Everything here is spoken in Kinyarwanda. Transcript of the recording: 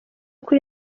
kuri